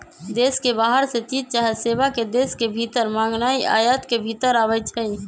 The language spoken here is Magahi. देश के बाहर से चीज चाहे सेवा के देश के भीतर मागनाइ आयात के भितर आबै छइ